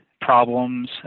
problems